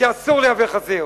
כי אסור לייבא חזיר.